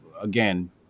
Again